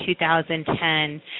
2010